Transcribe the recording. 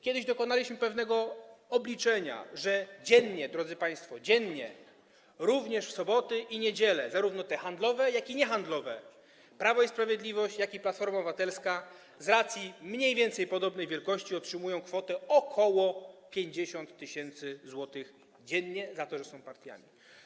Kiedyś dokonaliśmy pewnego obliczenia, że dziennie, drodzy państwo, dziennie, również w soboty i niedziele, zarówno te handlowe, jak i niehandlowe, Prawo i Sprawiedliwość oraz Platforma Obywatelska z racji mniej więcej podobnej wielkości otrzymują kwotę ok. 50 tys. zł, dziennie, za to, że są partiami.